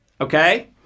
Okay